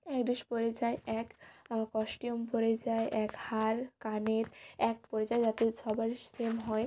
এক ড্রেস পরে যায় এক কস্টিউম পরে যায় এক হার কানের এক পরে যায় যাতে সবার সেম হয়